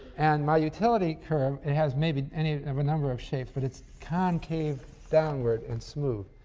and my utility curve it has maybe any um number of shapes, but its concave downward and smooth,